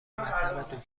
مطب